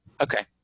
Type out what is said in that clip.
okay